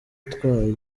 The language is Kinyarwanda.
atwaye